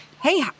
Hey